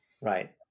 right